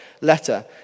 letter